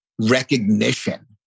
recognition